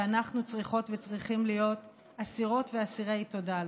אנחנו צריכות וצריכים להיות אסירות ואסירי תודה לו.